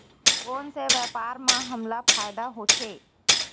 कोन से व्यापार म हमला फ़ायदा होथे?